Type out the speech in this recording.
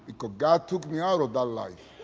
like god took me out of that life.